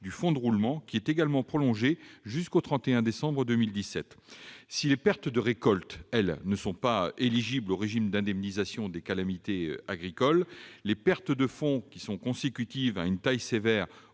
du fonds de roulement, qui est également prolongé jusqu'au 31 décembre 2017. Si les pertes de récolte ne sont pas éligibles au régime d'indemnisation des calamités agricoles, les pertes de fonds consécutives à une taille sévère